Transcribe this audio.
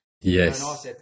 Yes